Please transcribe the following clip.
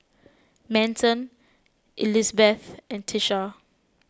Manson Elizbeth and Tisha